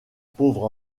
pauvre